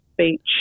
Beach